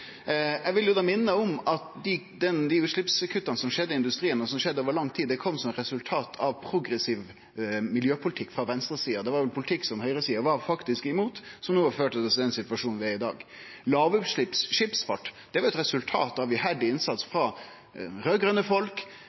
Eg vil minne om at dei utslippskutta som skjedde i industrien, som skjedde over lang tid, kom som eit resultat av ein progressiv miljøpolitikk frå venstresida. Det var ein politikk som høgresida faktisk var imot, som har ført oss i den situasjonen vi er i i dag. Lågutslepps skipsfart var eit resultat av iherdig innsats frå raud-grøne folk